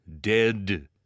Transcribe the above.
dead